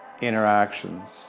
interactions